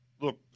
Look